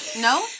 no